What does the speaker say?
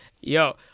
Yo